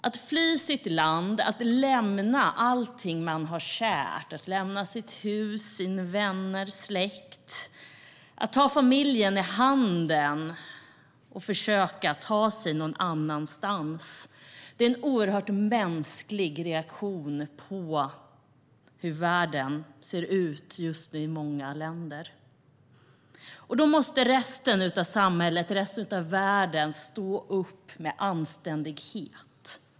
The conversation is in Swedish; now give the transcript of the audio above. Att fly sitt land, att lämna allting man har kärt, att lämna sitt hus, sina vänner och sin släkt, att ta familjen i handen och försöka ta sig någon annanstans är en oerhört mänsklig reaktion på hur det just nu ser ut i många länder. Då måste resten av samhället, resten av världen, stå upp med anständighet.